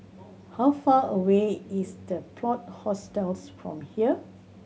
how far away is The Plot Hostels from here